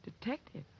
Detective